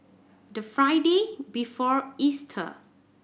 the Friday before Easter